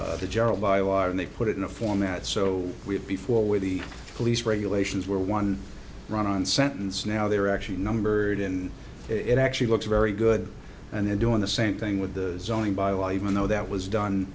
law and they put it in a format so we had before where the police regulations were one run on sentence now they're actually numbered and it actually looks very good and they're doing the same thing with the zoning by law even though that was done